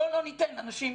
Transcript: בואו לא ניתן לנשים.